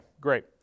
great